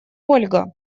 ольга